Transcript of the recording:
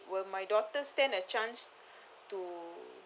will my daughter stand a chance to